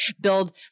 build